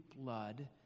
blood